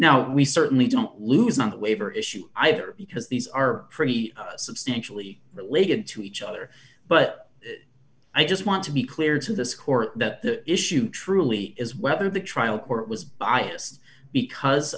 now we certainly don't lose not waiver issues either because these are pretty substantially related to each other but i just want to be clear to the score that the issue truly is whether the trial court was biased because